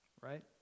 Right